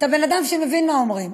אתה בן אדם שמבין מה אומרים.